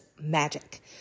magic